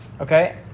okay